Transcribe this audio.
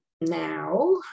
now